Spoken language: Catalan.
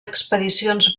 expedicions